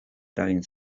eragin